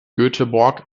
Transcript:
göteborg